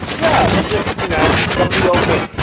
yeah. they're just, you know, grumpy old men